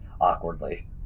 awkwardly